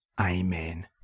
Amen